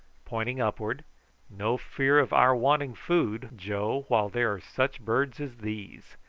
pointing upward no fear of our wanting food, joe, while there are such birds as these.